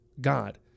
God